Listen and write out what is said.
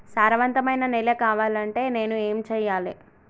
సారవంతమైన నేల కావాలంటే నేను ఏం చెయ్యాలే?